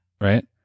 Right